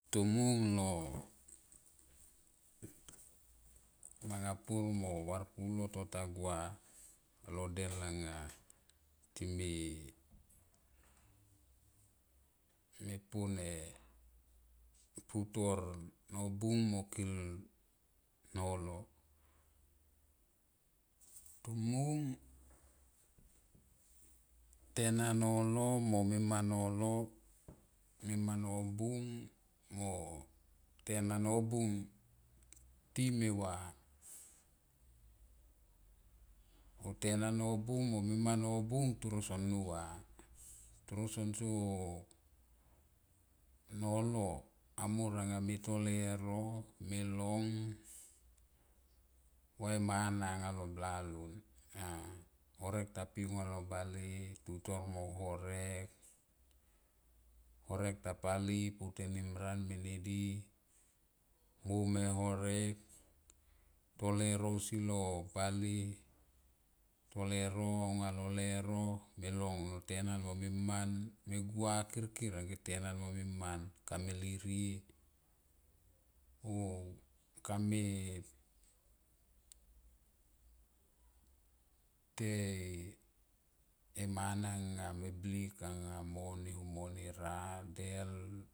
Tomung lo manga pur mo varpu tota gua alo del anga time me po ne putor nobung mo kil nolo. Tomung tena nolo mor mima nolo mima nobung mo tena nobung te me va o tena nobung mo mima nobung son nua. Toro sonso nolo amor anga me to leuro me long va e mana nga lo blalon a norek ta pi un nga lo bale tutor mo horek, horek ta pali po temina mo ne di mon ha e horek to leuro aunga me long mo tenanmo mima kame lirie o kame te emana na me bik anga mo ne ho mo radel.